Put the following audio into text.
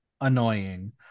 annoying